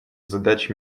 задач